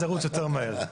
זה ירוץ יותר מהר.